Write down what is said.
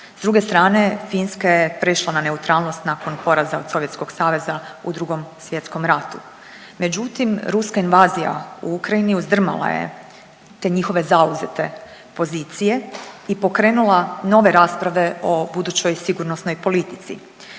S druge strane Finska je prešla na neutralnost nakon poraza od Sovjetskog Saveza u Drugom svjetskom ratu. Međutim, ruska invazija u Ukrajini uzdrmala je te njihove zauzete pozicije i pokrenula nove rasprave o budućoj sigurnosnoj politici.